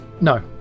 No